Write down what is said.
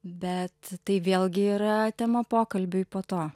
bet tai vėlgi yra tema pokalbiui po to